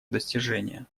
достижения